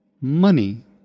Money